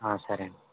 సరేండి